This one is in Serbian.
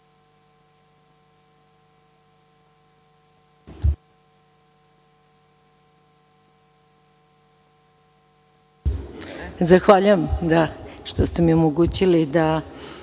Zahvaljujem što ste mi omogućili da